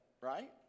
right